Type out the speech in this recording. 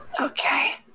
okay